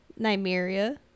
Nymeria